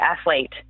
athlete